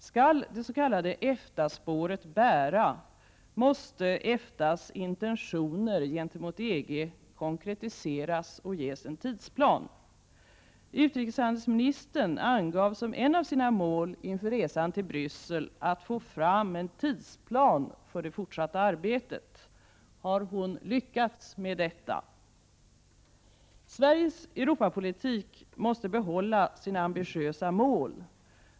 Skall det s.k. EFTA-spåret bära måste EFTA:s intentioner gentemot EG konkretiseras och ges en tidsplan. Utrikeshandelsministern angav som ett av sina mål inför resan till Bryssel att få fram en tidsplan för det fortsatta arbetet. Har hon lyckats med detta? Sveriges Europapolitik måste behålla sina ambitiösa mål.